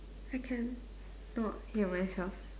I cannot see myself